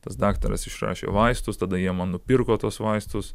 tas daktaras išrašė vaistus tada jie man nupirko tuos vaistus